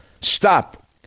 stop